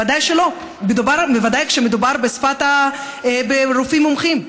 ודאי שלא, בוודאי כאשר מדובר ברופאים מומחים.